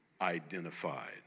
identified